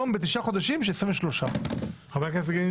אנחנו היום אחרי תשעה חודשים ויש 23. אבל